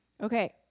Okay